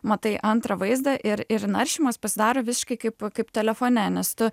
matai antrą vaizdą ir ir naršymas pasidaro visiškai kaip kaip telefone nes tu